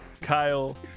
Kyle